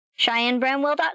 CheyenneBramwell.com